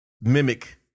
mimic